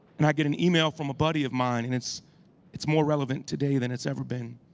and i get an email from a buddy of mine. and it's it's more relevant today than it's ever been.